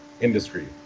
industry